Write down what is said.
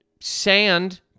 sand